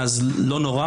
לא נורא,